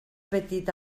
petit